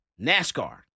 NASCAR